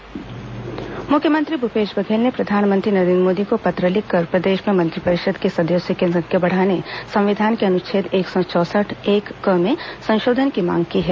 भूपेश बघेल प्रधानमंत्री पत्र मुख्यमंत्री भूपेश बघेल ने प्रधानमंत्री नरेन्द्र मोदी को पत्र लिखकर प्रदेश में मंत्रिपरिषद के सदस्यों की संख्या बढ़ाने संविधान के अनुच्छेद एक सौ चौंसठ एक क में संशोधन की मांग की है